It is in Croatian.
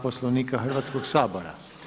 Poslovnika Hrvatskoga sabora.